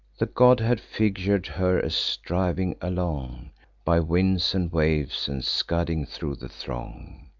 the god had figur'd her as driv'n along by winds and waves, and scudding thro' the throng.